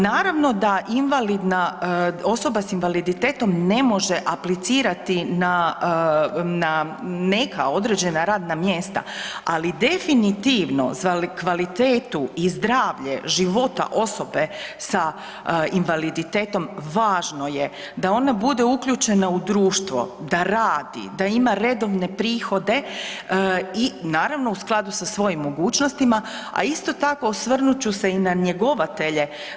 Naravno da osobe s invaliditetom ne može aplicirati na neka određena radna mjesta, ali definitivno za kvalitetu i zdravlje života osobe sa invaliditetom važno je da ona bude uključena u društvo, da radi, da ima redovne prihode i naravno u skladu sa svojim mogućnosti, a isto tako osvrnut ću se i na njegovatelje.